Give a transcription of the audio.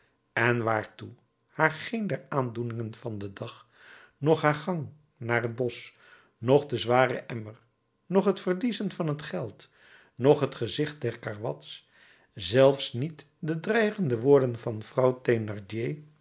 ze en waartoe haar geen der aandoeningen van den dag noch haar gang naar het bosch noch den zwaren emmer noch het verliezen van t geld noch het gezicht der karwats zelfs niet de dreigende woorden van vrouw